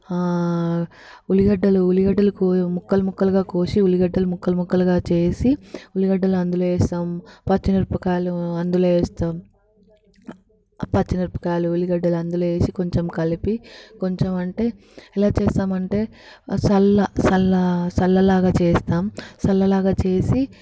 ఉల్లిగడ్డలు ఉల్లిగడ్డలకు ముక్కలు ముక్కలుగా కోసి ఉల్లిగడ్డలు ముక్కలు ముక్కలుగా చేసి ఉల్లిగడ్డలు అందులో వేస్తాము పచ్చిమిరపకాయలు అందులో వేస్తాము పచ్చిమిరపకాయలు ఉల్లిగడ్డలు అందులో వేసి కొంచెం కలిపి కొంచెం అంటే ఇలా ఏం చేస్తాము అంటే చల్ల చల్ల చల్లలాగా చేస్తాము చల్లలాగా చేసి